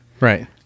Right